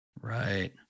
Right